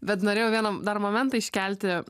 bet norėjau vieną dar momentą iškelti